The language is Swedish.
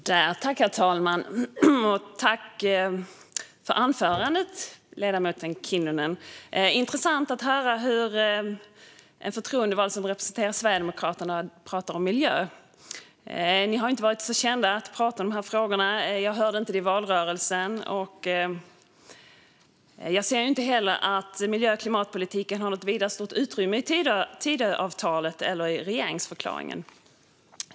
Herr talman! Tack för anförandet, ledamoten Kinnunen! Det var intressant att höra en förtroendevald som representerar Sverigedemokraterna prata om miljö. Ni har ju inte varit kända för att prata om dessa frågor; jag hörde det inte i valrörelsen, och jag ser inte heller att miljö och klimatpolitiken har fått något vidare stort utrymme i Tidöavtalet eller regeringsförklaringen.